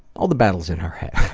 all the battles in our heads.